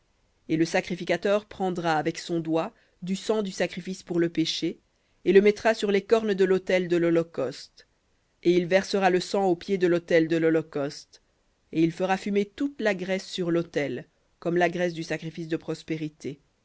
et le sacrificateur prendra avec son doigt du sang du sacrifice pour le péché et le mettra sur les cornes de l'autel de l'holocauste et il versera le sang au pied de l'autel de lholocauste et il fera fumer toute la graisse sur l'autel comme la graisse du sacrifice de prospérités